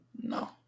No